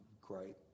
great